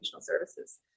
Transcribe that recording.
services